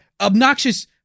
obnoxious